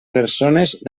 persones